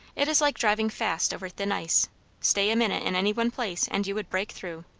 it is like driving fast over thin ice stay a minute in any one place, and you would break through.